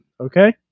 okay